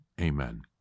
Amen